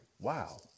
wow